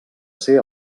ser